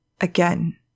again